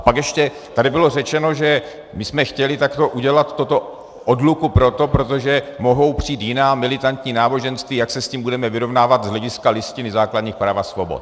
Pak ještě tady bylo řečeno, že jsme chtěli udělat odluku proto, protože mohou přijít jiná, militantní náboženství, jak se s tím budeme vyrovnávat z hlediska Listiny základních práv a svobod.